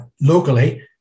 locally